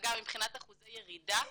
אגב, מבחינת אחוזי ירידה,